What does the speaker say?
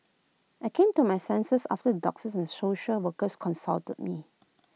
I came to my senses after the doctors and social workers counselled me